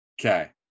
Okay